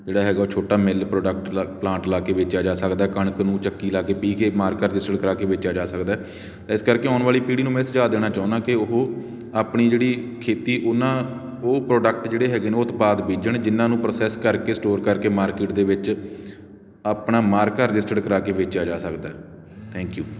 ਜਿਹੜਾ ਹੈਗਾ ਉਹ ਛੋਟਾ ਮਿੱਲ ਪ੍ਰੋਡਕਟ ਲਾ ਪਲਾਂਟ ਲਾ ਕੇ ਵੇਚਿਆ ਜਾ ਸਕਦਾ ਹੈ ਕਣਕ ਨੂੰ ਚੱਕੀ ਲਾ ਕੇ ਪੀਹ ਕੇ ਮਾਰਕਾ ਰਜਿਸਟਰਡ ਕਰਾ ਕੇ ਵੇਚਿਆ ਜਾ ਸਕਦਾ ਹੈ ਇਸ ਕਰਕੇ ਆਉਣ ਵਾਲੀ ਪੀੜੀ ਨੂੰ ਮੈਂ ਇਹ ਸੁਝਾਅ ਦੇਣਾ ਚਾਹੁੰਦਾ ਕਿ ਉਹ ਆਪਣੀ ਜਿਹੜੀ ਖੇਤੀ ਉਨ੍ਹਾਂ ਉਹ ਪ੍ਰੋਡਕਟ ਜਿਹੜੇ ਹੈਗੇ ਨੇ ਉਹ ਉਤਪਾਦ ਬੀਜਣ ਜਿਨ੍ਹਾਂ ਨੂੰ ਪ੍ਰੋਸੈਸ ਕਰਕੇ ਸਟੋਰ ਕਰਕੇ ਮਾਰਕਿਟ ਦੇ ਵਿੱਚ ਆਪਣਾ ਮਾਰਕਾ ਰਜਿਸਟਰਡ ਕਰਾ ਕੇ ਵੇਚਿਆ ਜਾ ਸਕਦਾ ਹੈ ਥੈਂਕ ਯੂ